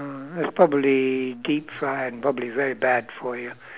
uh it's probably deep fried and probably very bad for you